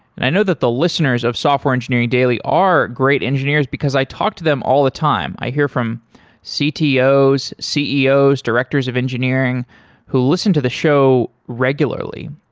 and i know that the listeners of software engineering daily are great engineers, because i talk to them all the time. i hear from ctos, ceos, directors of engineering who listen to the show regularly.